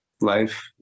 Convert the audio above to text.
life